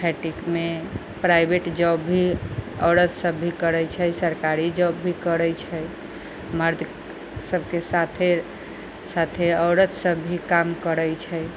फैक्ट्रीमे private job भी औरत सब भी करै छै सरकारी जॉब भी करै छै मरद सबके साथे साथे औरत सब भी काम करै छै